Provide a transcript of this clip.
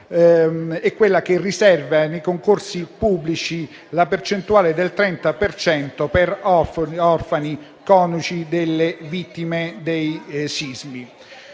è quella che riserva nei concorsi pubblici la percentuale del 30 per cento per orfani e coniugi delle vittime dei sismi.